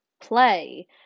play